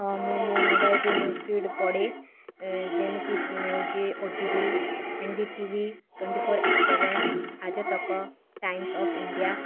ହଁ ମୁଁ ମୁଁ ମୋବାଇଲ୍ରେ ନ୍ୟୂଜ୍ଫିଡ଼୍ ପଢ଼େ ଏ ଯେମିତି ହେଉଛି O T V N D T V twenty four X seven Aaj Tak Times of India